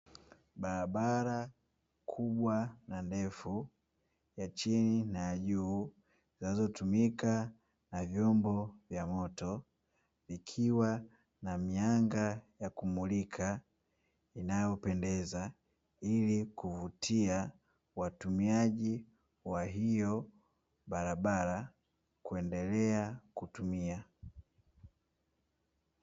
Barabara kubwa na ndefu, ya chini na ya juu zinazotumika na vyombo vya moto vikiwa na mianga ya kumulika inayopendeza ili kuvutia watumiaji wa hiyo barabara kuendelea kutumia.